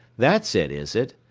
that's it, is it?